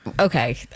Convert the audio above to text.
Okay